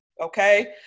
Okay